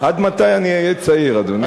עד מתי אני אהיה צעיר, אדוני?